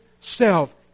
self